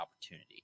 opportunity